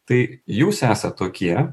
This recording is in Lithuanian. tai jūs esat tokie